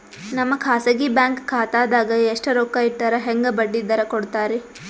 ನಮ್ಮ ಖಾಸಗಿ ಬ್ಯಾಂಕ್ ಖಾತಾದಾಗ ಎಷ್ಟ ರೊಕ್ಕ ಇಟ್ಟರ ಹೆಂಗ ಬಡ್ಡಿ ದರ ಕೂಡತಾರಿ?